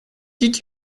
did